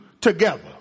together